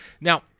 Now